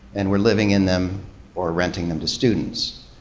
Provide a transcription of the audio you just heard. and were living in them or renting them to students.